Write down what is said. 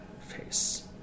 face